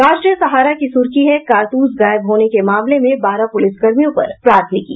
राष्ट्रीय सहारा की सुर्खी है कारतूस गायब होने के मामले में बारह पुलिसकर्मियों पर प्राथमिकी